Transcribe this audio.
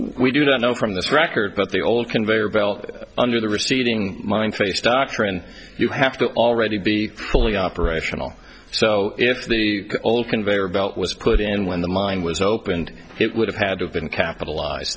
we do not know from this record but the old conveyor belt under the receding mine face doctrine you have to already be fully operational so if the old conveyor belt was put in when the mine was opened it would have had to have been capitalized